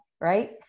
right